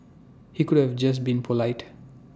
he could have just been polite